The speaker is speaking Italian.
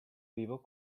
vivo